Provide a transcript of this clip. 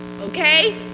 Okay